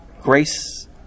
grace